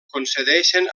concedeixen